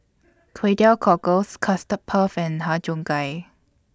Kway Teow Cockles Custard Puff and Har Cheong Gai